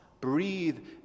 breathe